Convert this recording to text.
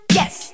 yes